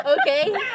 Okay